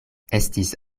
estis